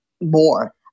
more